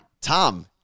Tom